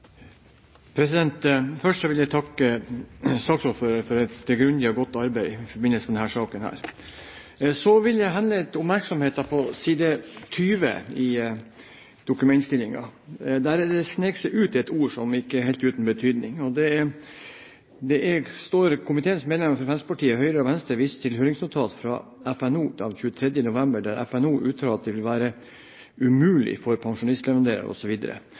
godt arbeid i forbindelse med denne saken. Så vil jeg henlede oppmerksomheten på side 20 i innstillingen. Der har det sneket seg ut et ord som ikke er uten betydning. Det står: «Komiteens medlemmer fra Fremskrittspartiet, Høyre og Venstre viser til høringsnotat fra FNO av 23. november der FNO uttaler at det vil være mulig for